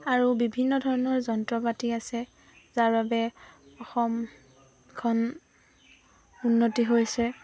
আৰু বিভিন্ন ধৰণৰ যন্ত্ৰ পাতি আছে যাৰ বাবে অসমখন উন্নতি হৈছে